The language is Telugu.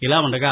ఇలా ఉండగా